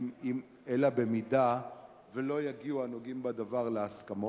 אלא אם לא יגיעו הנוגעים בדבר להסכמות.